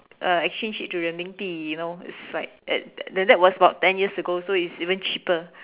uh exchange it to Renminbi you know it's like that that was like ten years ago so it was even cheaper